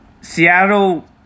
Seattle